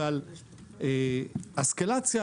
ועל אסקלציה,